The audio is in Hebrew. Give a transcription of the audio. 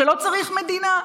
שלא צריך מדינה,